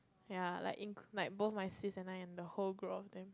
ya like ink like both my sis and I and the whole group of them